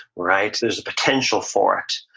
right? there's a potential for it,